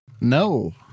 No